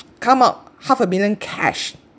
come up half a million cash